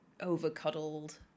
over-cuddled